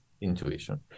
intuition